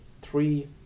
three